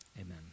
Amen